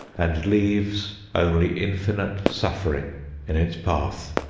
and leaves only infinite suffering in its path.